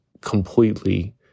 completely